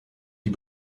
die